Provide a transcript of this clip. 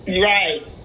Right